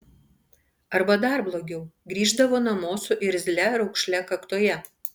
arba dar blogiau grįždavo namo su irzlia raukšle kaktoje